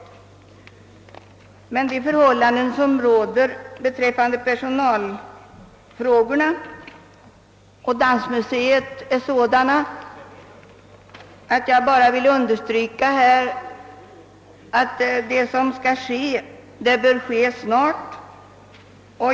De rådande förhållandena för Dansmuseets personal är emellertid sådana att jag skulle vilja understryka, att det som skall göras också bör göras snart.